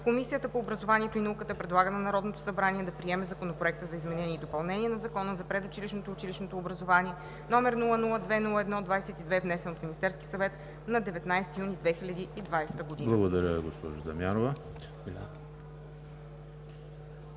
Комисията по образованието и науката предлага на Народното събрание да приеме Законопроект за изменение и допълнение на Закона за предучилищното и училищното образование, № 002-01-22, внесен от Министерския съвет на 19 юни 2020 г.“ ПРЕДСЕДАТЕЛ